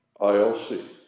ILC